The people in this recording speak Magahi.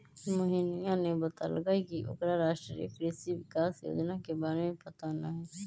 मोहिनीया ने बतल कई की ओकरा राष्ट्रीय कृषि विकास योजना के बारे में पता ना हई